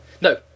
No